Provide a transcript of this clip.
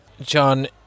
John